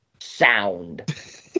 Sound